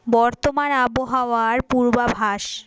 বর্তমান আবহাওয়ার পূর্বাভাস